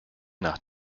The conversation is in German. nach